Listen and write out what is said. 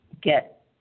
get